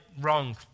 wrong